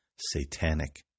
satanic